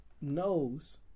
knows